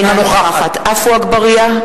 אינה נוכחת עפו אגבאריה,